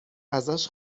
ازش